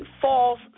false